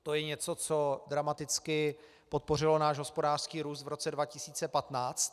To je něco, co dramaticky podpořilo náš hospodářský růst v roce 2015.